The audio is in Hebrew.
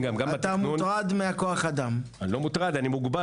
יצרה שיפורים מאוד